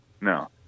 No